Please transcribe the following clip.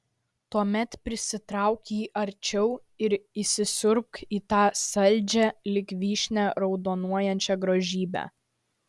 tuomet prisitrauk jį arčiau ir įsisiurbk į tą saldžią lyg vyšnia raudonuojančią grožybę